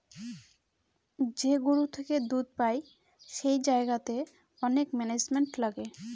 যে গরু থেকে দুধ পাই সেই জায়গাতে অনেক ম্যানেজমেন্ট লাগে